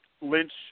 Lynch